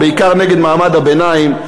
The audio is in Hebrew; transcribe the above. בעיקר נגד מעמד הביניים,